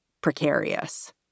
precarious